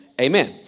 Amen